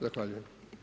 Zahvaljujem.